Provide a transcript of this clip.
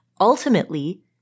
ultimately